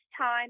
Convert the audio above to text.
time